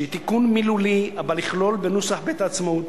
שהיא תיקון מילולי אבל יכלול בנוסח בית-העצמאות